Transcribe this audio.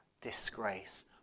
disgrace